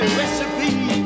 recipe